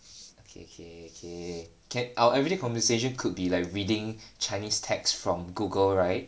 okay okay okay can our everyday conversation could be like reading chinese text from google right